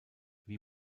wie